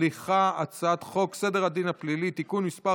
סדר הדין הפלילי (תיקון מס'